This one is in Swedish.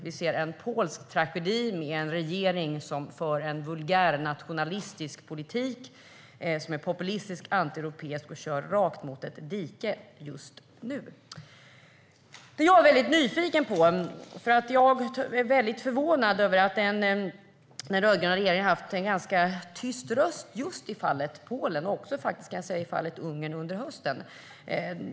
Vi ser en polsk tragedi, med en regering som för en vulgär nationalistisk politik som är populistisk och antieuropeisk och kör rakt mot ett dike just nu. Jag är väldigt förvånad över att den rödgröna regeringen har haft en ganska tyst röst just i fallet Polen och faktiskt också i fallet Ungern under hösten.